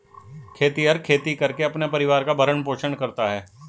खेतिहर खेती करके अपने परिवार का भरण पोषण करता है